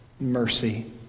Mercy